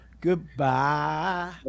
goodbye